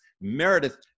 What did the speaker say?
Meredith